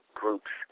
groups